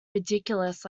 ridiculous